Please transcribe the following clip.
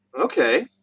Okay